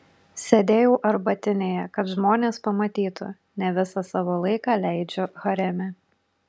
sėdėjau arbatinėje kad žmonės pamatytų ne visą savo laiką leidžiu hareme